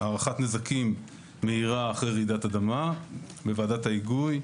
להערכת נזקים מהירה אחרי רעידת אדמה בוועדת ההיגוי.